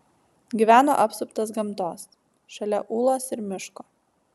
gyveno apsuptas gamtos šalia ūlos ir miško